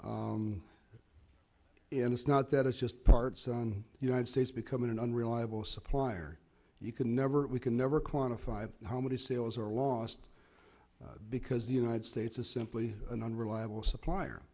tools and it's not that it's just part sun united states becoming an unreliable supplier you can never we can never quantify how many sales are lost because the united states is simply an unreliable supplier